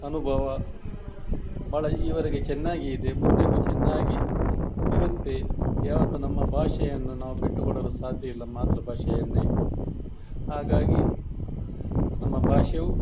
ಅನುಭವ ಭಾಳ ಈವರೆಗೆ ಚೆನ್ನಾಗಿ ಇದೆ ಮುಂದಕ್ಕೂ ಚೆನ್ನಾಗಿ ಇರುತ್ತೆ ಯಾವತ್ತು ನಮ್ಮ ಭಾಷೆಯನ್ನು ನಾವು ಬಿಟ್ಟು ಕೊಡಲು ಸಾಧ್ಯವಿಲ್ಲ ಮಾತೃಭಾಷೆಯನ್ನೆ ಹಾಗಾಗಿ ನಮ್ಮ ಭಾಷೆಯು